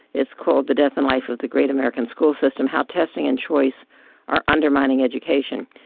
it's called the death and life of the great american school system how testing and choice are undermining education.